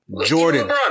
Jordan